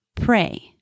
Pray